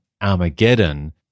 Armageddon